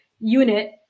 unit